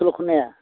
सल' खन्नाया